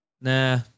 Nah